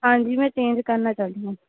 ਹਾਂਜੀ ਮੈਂ ਚੇਂਜ ਕਰਨਾ ਚਾਹੁੰਦੀ ਹਾਂ